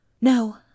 No